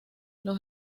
los